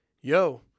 Yo